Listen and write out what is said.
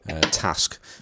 task